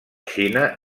xina